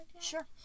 Sure